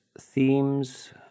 themes